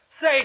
say